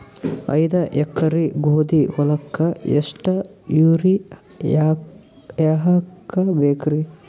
ಐದ ಎಕರಿ ಗೋಧಿ ಹೊಲಕ್ಕ ಎಷ್ಟ ಯೂರಿಯಹಾಕಬೆಕ್ರಿ?